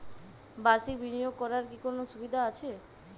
বাষির্ক বিনিয়োগ করার কি কোনো সুবিধা আছে?